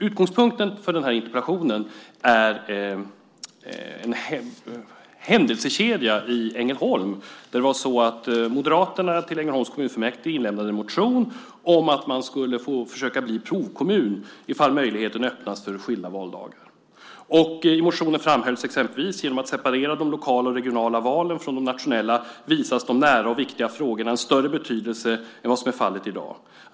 Utgångspunkten för den här interpellationen är en händelsekedja i Ängelholm. Moderaterna lämnade in en motion till Ängelholms kommunfullmäktige om att man skulle få försöka bli provkommun ifall möjligheten öppnas för skilda valdagar. I motionen framhölls exempelvis att genom att separera de lokala och regionala valen från de nationella visas de nära och viktiga frågorna en större betydelse än vad som är fallet i dag.